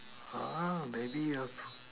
ah maybe your